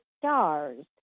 stars